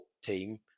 team